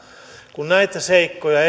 kun näitä seikkoja